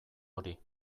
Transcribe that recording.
hori